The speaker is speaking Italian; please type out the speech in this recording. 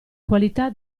qualità